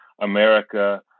America